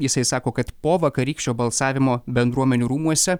jisai sako kad po vakarykščio balsavimo bendruomenių rūmuose